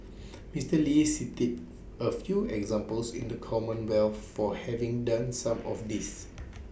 Mister lee cited A few examples in the commonwealth for having done some of this